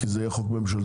כי זה יהיה חוק ממשלתי,